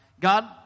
God